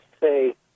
say